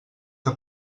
que